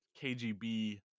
KGB